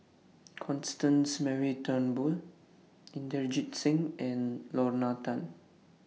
Constance Mary Turnbull Inderjit Singh and Lorna Tan